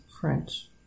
French